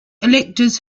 electors